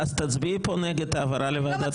אז תצביעי פה נגד העברה לוועדת הפנים.